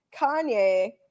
Kanye